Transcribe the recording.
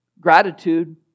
gratitude